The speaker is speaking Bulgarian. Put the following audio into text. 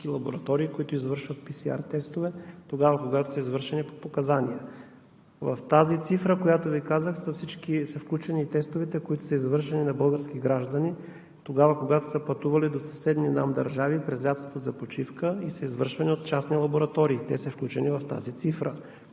всички лаборатории, които извършват PСR тестове тогава, когато са извършени по показания. В тази цифра, която Ви казах, са включени и тестовете, които са извършени на български граждани тогава, когато са пътували през лятото за почивка до съседни нам държави и са извършвани от частни лаборатории. Те са включени в тази цифра.